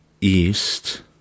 east